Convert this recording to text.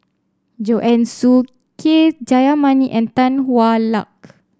Joanne Soo K Jayamani and Tan Hwa Luck